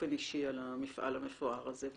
באופן אישי על המפעל המפואר הזה.